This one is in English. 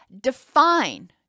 define